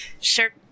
sure